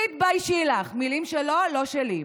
תתביישי לך, מילים שלו, לא שלי.